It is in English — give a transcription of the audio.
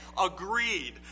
agreed